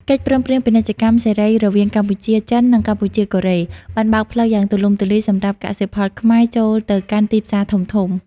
កិច្ចព្រមព្រៀងពាណិជ្ជកម្មសេរីរវាងកម្ពុជា-ចិន និងកម្ពុជា-កូរ៉េ បានបើកផ្លូវយ៉ាងទូលំទូលាយសម្រាប់កសិផលខ្មែរចូលទៅកាន់ទីផ្សារធំៗ។